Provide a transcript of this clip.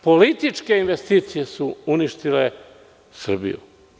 Političke investicije su uništile Srbiju.